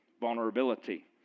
Vulnerability